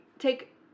take